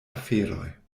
aferoj